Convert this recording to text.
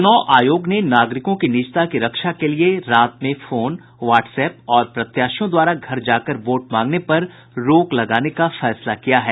चुनाव आयोग ने नागरिकों की निजता की रक्षा को लेकर रात में फोन व्हाट्सएप और प्रत्याशियों द्वारा घर जाकर वोट मांगने पर रोक लगाने का फैसला किया है